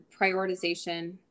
prioritization